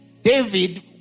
David